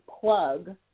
plug